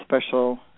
special